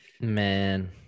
Man